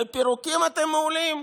בפירוקים אתם מעולים: